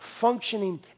functioning